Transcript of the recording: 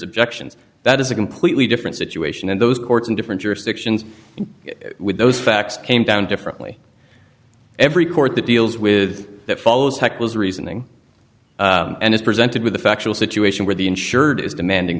objections that is a completely different situation and those courts in different jurisdictions with those facts came down differently every court that deals with that follows tech was reasoning and is presented with a factual situation where the insured is demanding